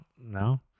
no